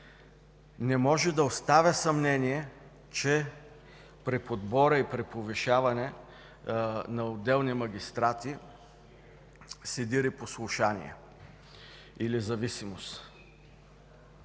Не може да остава съмнение, че при подбора и при повишаване на отделни магистрати се дири послушание или зависимост.